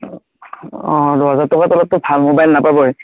অঁ দহ হাজাৰ টকাৰ তলততো ভাল মোবাইল নাপাবয়ে